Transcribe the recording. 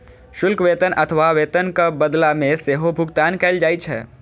शुल्क वेतन अथवा वेतनक बदला मे सेहो भुगतान कैल जाइ छै